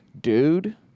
dude